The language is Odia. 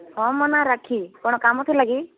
ହଁ ମୋ ନାଁ ରାକ୍ଷୀ କ'ଣ କାମ ଥିଲା କି